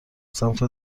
سمت